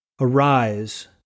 Arise